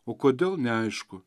o kodėl neaišku